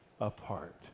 apart